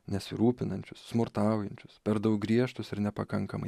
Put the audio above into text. nesirūpinančius smurtaujančius per daug griežtus ir nepakankamai